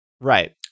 right